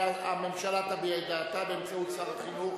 והממשלה תביע את דעתה באמצעות שר החינוך.